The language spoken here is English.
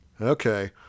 Okay